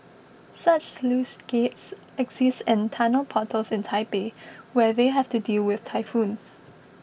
such sluice gates exist in tunnel portals in Taipei where they have to deal with typhoons